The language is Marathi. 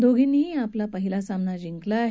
दोधींनी आपला पहिला सामना जिंकला आहे